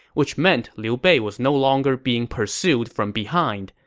which meant liu bei was no longer being pursued from behind,